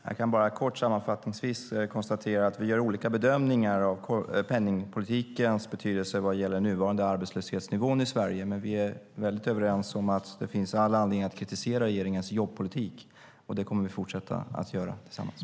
Fru talman! Jag kan bara sammanfattningsvis konstatera att vi gör olika bedömningar av penningpolitikens betydelse vad gäller den nuvarande arbetslöshetsnivån i Sverige. Men vi är väldigt överens om att det finns all anledning att kritisera regeringens jobbpolitik, och det kommer vi att fortsätta göra tillsammans.